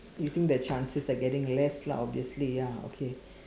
you think the chances are getting less lah obviously ya okay